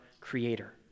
creator